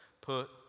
Put